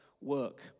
work